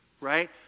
right